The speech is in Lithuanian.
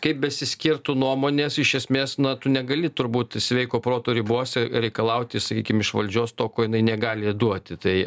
kaip besiskirtų nuomonės iš esmės na tu negali turbūt sveiko proto ribose reikalauti sakykim iš valdžios to ko jinai negali duoti tai